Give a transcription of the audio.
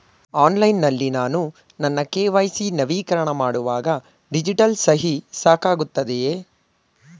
Online ನಲ್ಲಿ ನಾನು ನನ್ನ ಕೆ.ವೈ.ಸಿ ನವೀಕರಣ ಮಾಡುವಾಗ ಡಿಜಿಟಲ್ ಸಹಿ ಸಾಕಾಗುತ್ತದೆಯೇ?